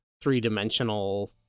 three-dimensional